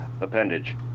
appendage